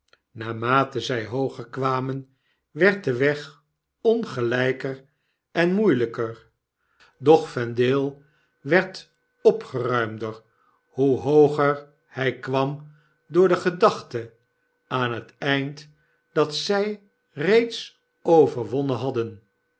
naarmate zy hooger kwamen werd de weg ongeljjker en moeielyker doch vendale werd opgeruimder hoe hooger hjj kwam door de gedachte aan het eind dat zy reeds overwonnen hadden